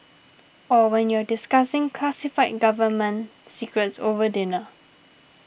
or when you're discussing classified government secrets over dinner